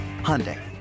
Hyundai